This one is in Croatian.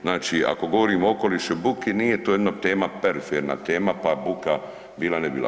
Znači, ako govorimo o okolišu i buki, nije to jedna tema, periferna tema, pa buka bila, ne bila.